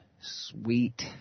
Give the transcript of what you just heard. Sweet